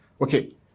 Okay